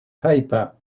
paper